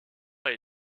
pas